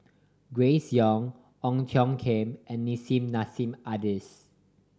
Grace Young Ong Tiong Khiam and Nissim Nassim Adis